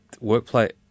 workplace